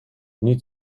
niet